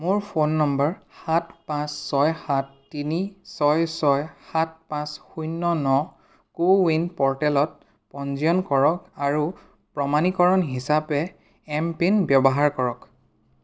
মোৰ phone number সাত পাঁচ ছয় সাত তিনি ছয় ছয় সাত পাঁচ শূন্য ন কো ৱিন প'ৰ্টেলত পঞ্জীয়ন কৰক আৰু প্ৰমাণীকৰণ হিচাপে এম পিন ব্যৱহাৰ কৰক